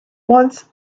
once